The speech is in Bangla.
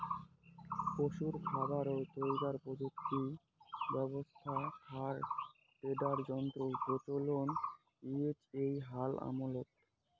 পশুর খাবার তৈয়ার প্রযুক্তি ব্যবস্থাত খ্যার টেডার যন্ত্রর প্রচলন হইচে এ্যাই হাল আমলত